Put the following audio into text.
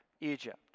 Egypt